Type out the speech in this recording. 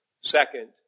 Second